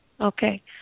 Okay